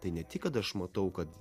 tai ne tik kad aš matau kad